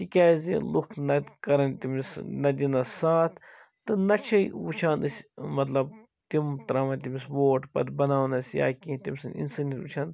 تِکیٛازِ لُکھ نَتہٕ کَرَن تٔمِس نہ دِنَس ساتھ تہٕ نہَ چھِ وُچھان أسۍ مطلب تِم ترٛاوان تٔمِس ووٹ پَتہٕ بَناونَس یا کیٚنٛہہ تٔمۍ سٕنٛز اِنسٲنیت وُچھان